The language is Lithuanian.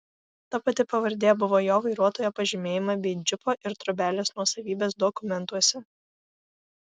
ta pati pavardė buvo jo vairuotojo pažymėjime bei džipo ir trobelės nuosavybės dokumentuose